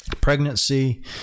pregnancy